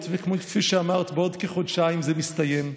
היות שכפי שאמרת, בעוד כחודשיים זה מסתיים,